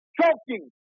Choking